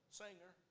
singer